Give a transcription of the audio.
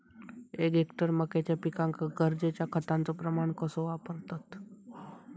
एक हेक्टर मक्याच्या पिकांका गरजेच्या खतांचो प्रमाण कसो वापरतत?